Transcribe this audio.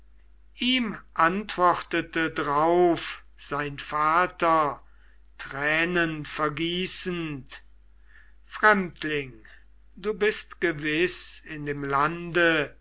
ihm antwortete drauf sein vater tränen vergießend fremdling du bist gewiß in dem lande